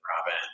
Robin